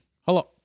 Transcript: Hello